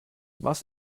was